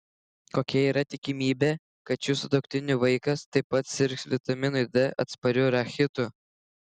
kokia yra tikimybė kad šių sutuoktinių vaikas taip pat sirgs vitaminui d atspariu rachitu